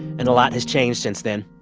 and a lot has changed since then.